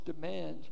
demands